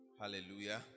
Hallelujah